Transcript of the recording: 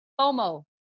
FOMO